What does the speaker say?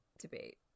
debate